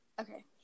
Okay